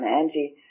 Angie